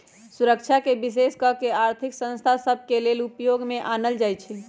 सुरक्षाके विशेष कऽ के आर्थिक संस्था सभ के लेले उपयोग में आनल जाइ छइ